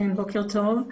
בוקר טוב.